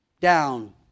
down